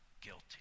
guilty